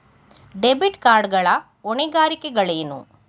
Debit card ಗಳ ಹೊಣೆಗಾರಿಕೆಗಳೇನು?